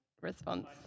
response